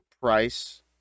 Price